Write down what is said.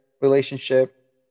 relationship